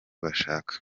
bashaka